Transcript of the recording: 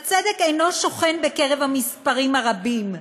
"הצדק אינו שוכן בקרב המספרים הרבים.